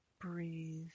Breathe